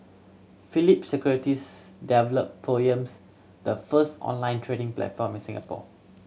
Phillip Securities developed Poems the first online trading platform in Singapore